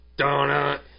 donut